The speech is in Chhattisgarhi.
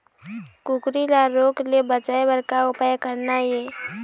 कुकरी ला रोग ले बचाए बर का उपाय करना ये?